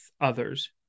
others